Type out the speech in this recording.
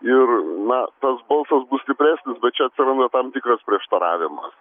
ir na tas balsas bus stipresnis bet čia atsiranda tam tikras prieštaravimas